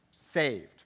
Saved